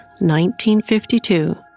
1952